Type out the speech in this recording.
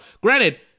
Granted